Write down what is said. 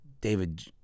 David